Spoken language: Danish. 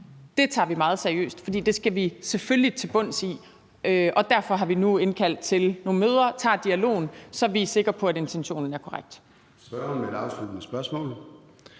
Det tager vi meget seriøst, for det skal vi selvfølgelig til bunds i, og derfor har vi nu indkaldt til nogle møder og tager dialogen, så vi er sikre på, at intentionen er korrekt.